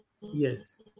Yes